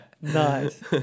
Nice